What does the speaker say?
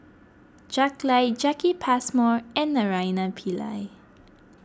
Jack Lai Jacki Passmore and Naraina Pillai